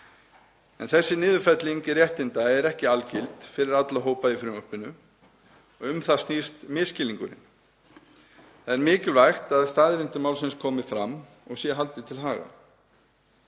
En þessi niðurfelling réttinda er ekki algild fyrir alla hópa í frumvarpinu. Um það snýst misskilningurinn. Er mikilvægt að staðreyndir málsins komi fram og að þeim sé haldið til haga.